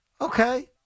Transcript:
okay